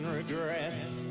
regrets